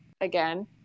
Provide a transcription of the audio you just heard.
again